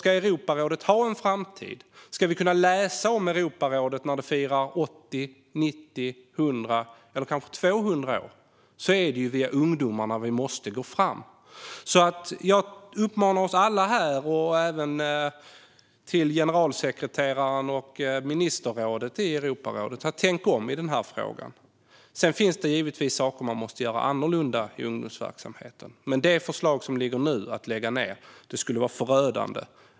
Ska Europarådet ha en framtid och ska vi kunna läsa om Europarådet när det firar 80, 90, 100 eller kanske 200 år är det via ungdomarna vi måste gå. Jag uppmanar oss alla här och även generalsekreteraren och ministerrådet i Europarådet att tänka om i den här frågan. Sedan finns det givetvis saker man måste göra annorlunda i ungdomsverksamheten, men det förslag som ligger nu om att lägga ned skulle vara förödande.